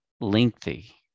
lengthy